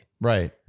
Right